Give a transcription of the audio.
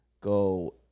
go